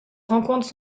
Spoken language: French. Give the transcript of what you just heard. rencontre